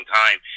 time